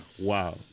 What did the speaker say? Wow